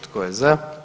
Tko je za?